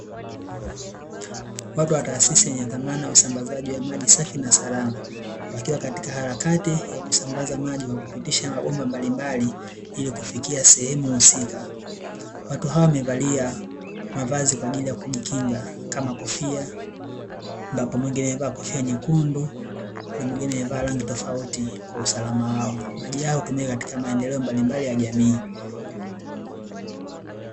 Watu wa taasisi yenye dhamana ya usambazaji maji safi na salama, wakiwa katika harakati ya kusambaza maji kwa kupitia mabomba mbalimbali ili kufikia sehemu husika. Watu hawa wamevalia mavazi kwa ajili ya kujikinga kama kofia, ambapo mwingine amevaa kofia nyekundu, mwingine amevaa rangi tofauti kwa usalama wao. Maji hayo hutumika katika maendeleo mbalimbali ya jamii.